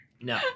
No